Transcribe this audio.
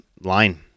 line